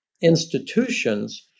institutions